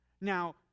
Now